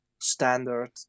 standard